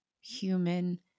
human